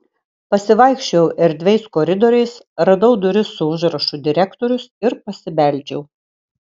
pasivaikščiojau erdviais koridoriais radau duris su užrašu direktorius ir pasibeldžiau